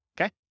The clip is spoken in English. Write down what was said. Okay